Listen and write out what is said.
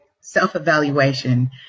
Self-evaluation